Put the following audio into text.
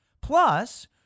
Plus